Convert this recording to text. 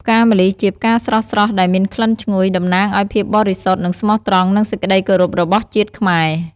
ផ្កាម្លិះជាផ្កាស្រស់ៗដែលមានក្លិនឈ្ងុយ តំណាងឲ្យភាពបរិសុទ្ធ និងស្មោះត្រង់ និងសេចក្ដីគោរពរបស់ជាតិខ្មែរ។